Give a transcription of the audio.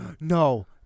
No